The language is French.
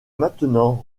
maintenant